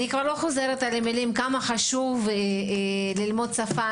לא חוזרת על כמה חשוב ללמוד שפה,